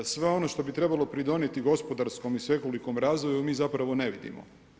Sve ono što bi trebalo pridonijeti gospodarskom i svekolikom razvoju mi zapravo ne vidimo.